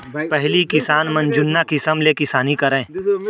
पहिली किसान मन जुन्ना किसम ले किसानी करय